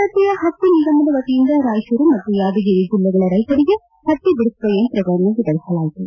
ಭಾರತೀಯ ಹತ್ತಿ ನಿಗಮದ ವತಿಯಿಂದ ರಾಯಚೂರು ಮತ್ತು ಯಾದಗಿರಿ ಜಿಲ್ಲೆಗಳ ರೈತರಿಗೆ ಹತ್ತಿ ಬಿದಿಸುವ ಯಂತ್ರಗಳನ್ನು ವಿತರಿಸಲಾಯಿತು